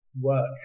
work